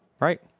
right